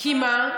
כי מה?